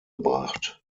gebracht